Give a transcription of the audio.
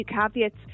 caveats